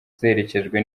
ziherekejwe